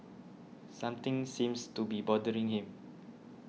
something seems to be bothering him